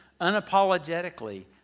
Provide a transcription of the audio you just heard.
unapologetically